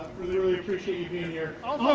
really appreciate you being here. also,